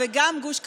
וגם גוש קטיף,